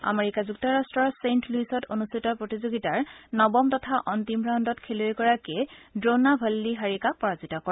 America যুক্তৰাষ্ট্ৰ Saint লুইছ্ত অনুষ্ঠিত প্ৰতিযোগিতাৰ নৱম তথা অন্তিম ৰাউণ্ডত খেলুৱৈগৰাকীয়ে ড়োনা ভল্লী হাৰিকাক পৰাজিত কৰে